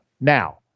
Now